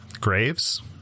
graves